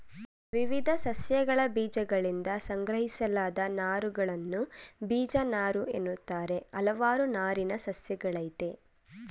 ವಿವಿಧ ಸಸ್ಯಗಳಬೀಜಗಳಿಂದ ಸಂಗ್ರಹಿಸಲಾದ ನಾರುಗಳನ್ನು ಬೀಜನಾರುಎನ್ನುತ್ತಾರೆ ಹಲವಾರು ನಾರಿನ ಸಸ್ಯಗಳಯ್ತೆ